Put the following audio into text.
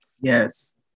Yes